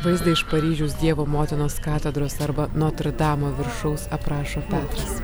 vaizdą iš paryžiaus dievo motinos katedros arba notrdamo viršaus aprašo petras